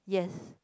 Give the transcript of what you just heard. yes